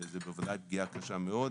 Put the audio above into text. שזו בוודאי פגיעה קשה מאוד,